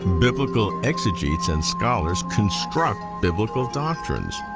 biblical exegetes and scholars construct biblical doctrines,